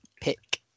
pick